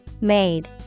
Made